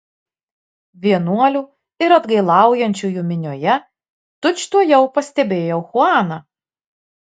vienuolių ir atgailaujančiųjų minioje tučtuojau pastebėjau chuaną